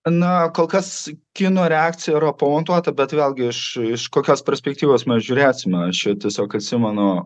na kol kas kinų reakcija yra po ontuota bet vėlgi iš iš kokios perspektyvos mes žiūrėsim aš čia tiesiog atsimenu